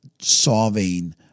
solving